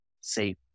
safe